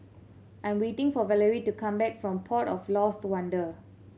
I'm waiting for Valery to come back from Port of Lost Wonder